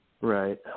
Right